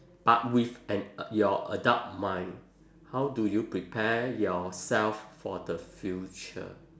but with an uh your adult mind how do you prepare yourself for the future